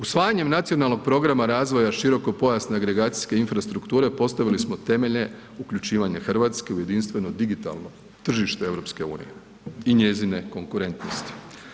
Usvajanjem Nacionalnog programa širokopojasne agregacijske infrastrukture postavili smo temelje uključivanje Hrvatske u jedinstveno digitalno tržište EU i njezine konkurentnosti.